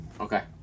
Okay